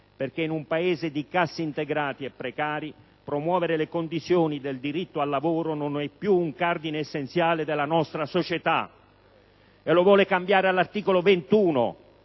perché, in un Paese di cassaintegrati e precari, promuovere le condizioni del diritto al lavoro non è più un cardine essenziale della nostra società. La vuole cambiare anche all'articolo 21,